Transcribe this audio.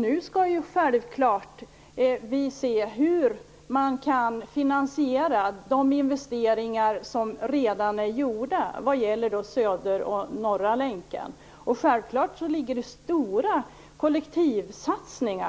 Nu skall vi självklart se hur man kan finansiera de investeringar som redan är gjorda vad gäller Södra länken och Norra länken. Självfallet ligger det stora